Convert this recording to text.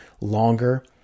longer